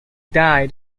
died